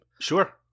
Sure